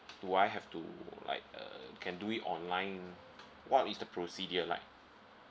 do I have to like err can do it online what is the procedure like